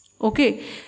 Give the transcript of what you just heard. Okay